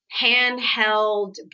handheld